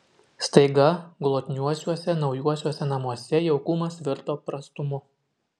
staiga glotniuosiuose naujuosiuose namuose jaukumas virto prastumu